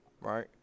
right